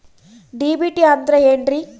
DBT ಅಂದ್ರ ಏನ್ರಿ?